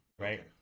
right